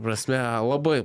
prasme labai